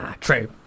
True